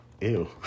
Ew